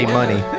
Money